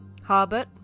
Harbert